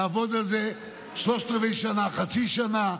לעבוד על זה שלושת רבעי שנה, חצי שנה,